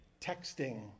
texting